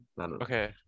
Okay